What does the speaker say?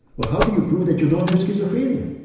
but how do you prove that you don't have schizophrenia?